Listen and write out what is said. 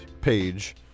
page